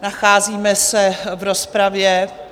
Nacházíme se v rozpravě.